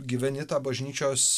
gyveni tą bažnyčios